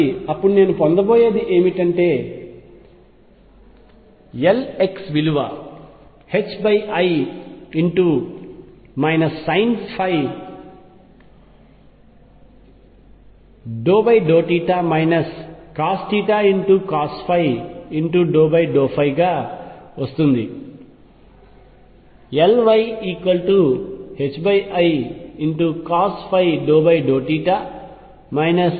కాబట్టి అప్పుడు నేను పొందబోయేది ఏమిటంటే Lx విలువ i sinϕ∂θ cotθcosϕ∂ϕ గా వస్తుంది